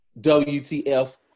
WTF